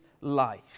life